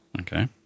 Okay